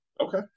Okay